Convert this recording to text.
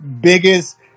biggest